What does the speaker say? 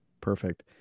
Perfect